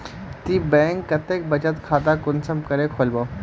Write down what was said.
ती बैंक कतेक बचत खाता कुंसम करे खोलबो?